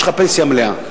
יש לך פנסיה מלאה.